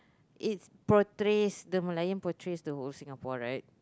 it's portrays the Merlion portrays the whole Singapore right